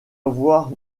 avoir